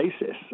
basis